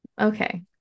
okay